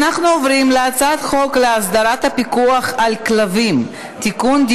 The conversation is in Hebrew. אנחנו עוברים להצעת חוק להסדרת הפיקוח על כלבים (תיקון,